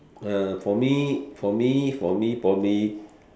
uh for me for me for me probably